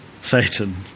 Satan